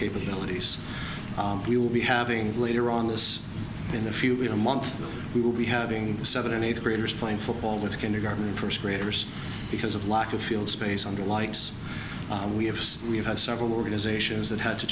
capabilities we will be having later on this in a few be a month we will be having seventy eighth graders playing football the kindergarten and first graders because of lack of field space on the likes we have we've had several organizations that had to